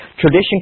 Tradition